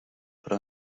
però